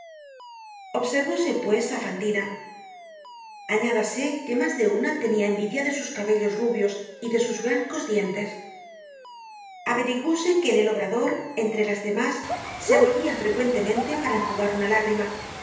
prójimo observóse pues á fantina añádase que mas de una tenia envidia de sus cabellos rubios y de sus blancos dientes averiguóse que en el obrador entre las demás se volvia frecuentemente para enjugar una lágrima